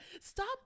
Stop